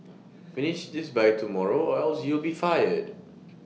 finish this by tomorrow or else you'll be fired